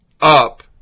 up